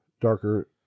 darker